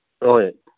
ꯍꯣꯏ